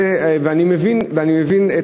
אני מבין,